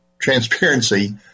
transparency